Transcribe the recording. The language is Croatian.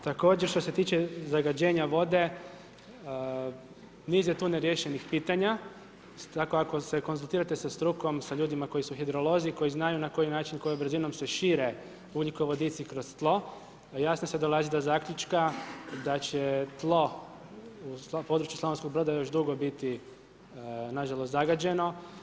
Također štose tiče zagađenja vode, niz je tu neriješenih pitanja, tako ako se konzultirate sa strukom, sa ljudima koji su hidrolozi, koji znaju na koji način, kojom brzinom se šire ugljikovodici kroz tlo, jasno se dolazi do zaključka da će tlo područja Slavonskog Broda još dugo biti nažalost zagađeno.